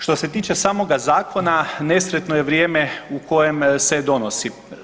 Što se tiče samoga zakona, nesretno je vrijeme u kojem se donosi.